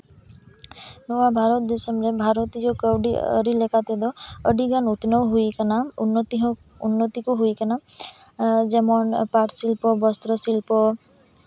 ᱱᱚᱣᱟ ᱵᱷᱟᱨᱚᱛ ᱫᱤᱥᱚᱢ ᱨᱮ ᱵᱷᱟᱨᱚᱛᱤᱭᱚ ᱠᱟᱹᱣᱰᱤ ᱟᱹᱨᱤ ᱞᱮᱠᱟᱛᱮᱫᱚ ᱟᱹᱰᱤ ᱜᱟᱱ ᱩᱛᱱᱟᱹᱣ ᱦᱩᱭᱟᱠᱟᱱᱟ ᱩᱱᱱᱚᱛᱤ ᱠᱚ ᱦᱩᱭᱟᱠᱟᱱᱟ ᱡᱮᱢᱚᱱ ᱯᱟᱴᱥᱤᱞᱯᱚ ᱵᱚᱥᱛᱨᱚ ᱥᱤᱞᱯᱚ